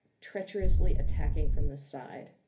treacherously attacking from the side.